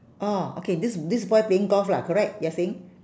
orh okay this this boy playing golf lah correct you are saying